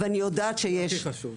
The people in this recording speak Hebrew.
ואני יודעת שיש.